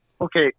okay